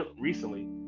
recently